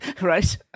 right